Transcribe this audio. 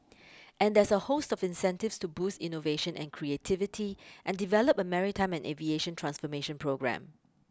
and there's a host of incentives to boost innovation and creativity and develop a maritime and aviation transformation programme